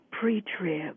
pre-trib